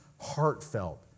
Heartfelt